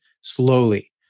slowly